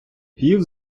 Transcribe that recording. пів